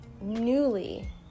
newly